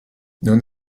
non